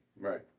Right